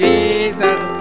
Jesus